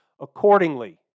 accordingly